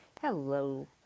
Hello